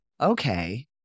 Okay